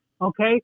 Okay